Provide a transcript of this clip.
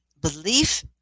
belief